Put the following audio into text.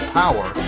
power